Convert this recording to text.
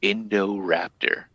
Indoraptor